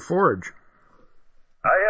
Forge